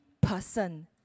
person